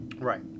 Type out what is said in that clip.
Right